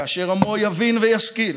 כאשר עמו יבין וישכיל